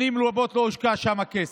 שנים רבות לא הושקע שם כסף,